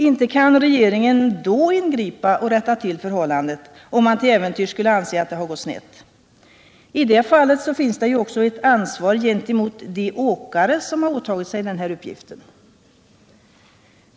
Inte kan regeringen då ingripa och rätta till förhållandet, om man till äventyrs skulle anse att det har gått snett. I så fall måste ju regeringen ta sitt ansvar också gentemot de åkare som har åtagit sig den här uppgiften.